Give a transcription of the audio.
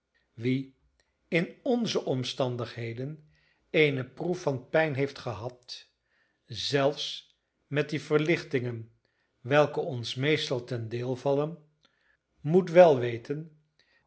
wie in onze omstandigheden eene proef van pijn heeft gehad zelfs met die verlichtingen welke ons meestal ten deel vallen moet wel weten